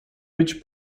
być